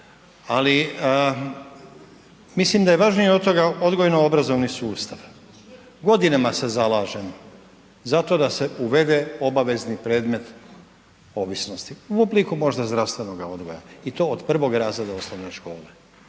ali mislim da je važnije od toga odgojno obrazovni sustav. Godinama se zalažem za to da se uvede obavezni predmet ovisnosti, u obliku možda zdravstvenoga odgoja i to od prvog razreda osnovne škole